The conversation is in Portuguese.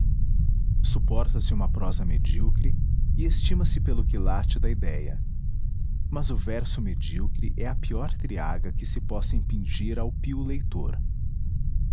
juventude suporta se uma prosa medíocre e estima se pelo quilate da idéia mas o verso medíocre é a pior triaga que se possa impingir ao pio leitor